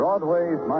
Broadway's